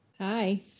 Hi